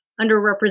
underrepresented